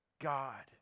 God